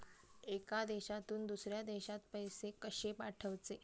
एका देशातून दुसऱ्या देशात पैसे कशे पाठवचे?